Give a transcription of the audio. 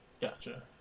gotcha